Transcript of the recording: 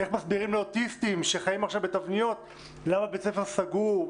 ואיך מסבירים לאוטיסטים שחיים עכשיו בתבניות למה בית ספר סגור,